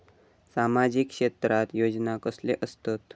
सामाजिक क्षेत्रात योजना कसले असतत?